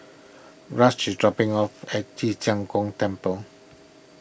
Rush is dropping off at Ci Zheng Gong Temple